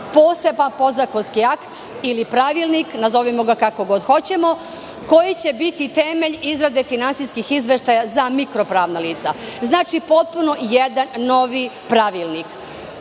poseban podzakonski akt ili pravilnik, nazovimo ga kako god hoćemo, koji će biti temelj izrade finansijskih izveštaja za mikro pravna lica. Znači, to je jedan potpuno novi pravilnik.